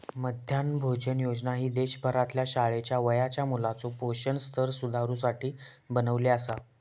मध्यान्ह भोजन योजना ही देशभरातल्या शाळेच्या वयाच्या मुलाचो पोषण स्तर सुधारुसाठी बनवली आसा